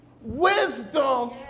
wisdom